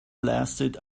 lasted